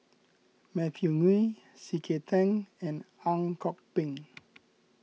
Matthew Ngui C K Tang and Ang Kok Peng